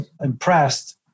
impressed